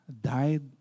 died